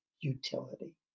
utility